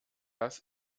das